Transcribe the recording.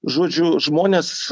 žodžiu žmonės